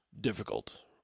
difficult